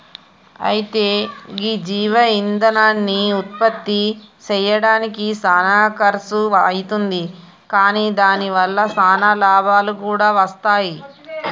అయితే గీ జీవ ఇందనాన్ని ఉత్పప్తి సెయ్యడానికి సానా ఖర్సు అవుతుంది కాని దాని వల్ల సానా లాభాలు కూడా వస్తాయి